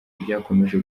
ryakomeje